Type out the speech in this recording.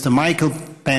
Mr. Michael Pence,